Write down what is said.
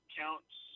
counts